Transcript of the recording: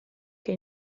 che